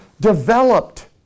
developed